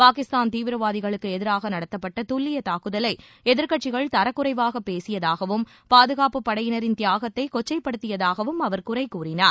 பாகிஸ்தான் தீவிரவாதிகளுக்கு எதிராக நடத்தப்பட்ட துல்லிய தாக்குதலை எதிர்கட்சிகள் தரக்குறைவாக பேசியதாகவும் பாதுகாப்பு படையினரின் தியாகத்தை கொச்சைப்படுத்தியதாகவும் அவர் குறை கூறினார்